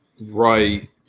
Right